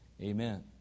Amen